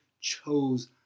chose